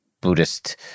Buddhist